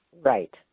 Right